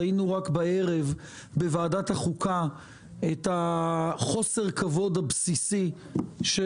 רק בערב ראינו בוועדת החוקה את חוסר הכבוד הבסיסי של